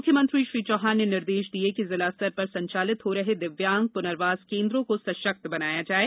मुख्यमंत्री श्री चौहान ने निर्देश दिये कि जिला स्तर पर संचालित हो रहे दिव्यांग पुनर्वास केन्द्रों को सशक्त बनाया जाये